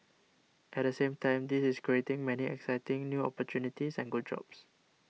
at the same time this is creating many exciting new opportunities and good jobs